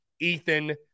Ethan